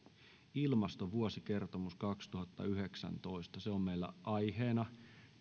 ilmastovuosikertomus kaksituhattayhdeksäntoista se on meillä aiheena